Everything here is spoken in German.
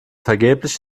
vergeblich